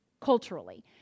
culturally